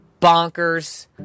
bonkers